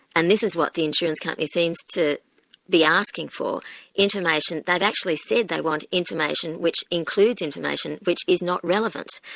and this is what the insurance company seems to be asking for information they've actually said they want information which includes information which is not relevant.